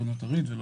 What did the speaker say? מנסים